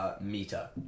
Meter